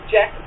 Jack